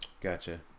gotcha